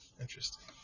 interesting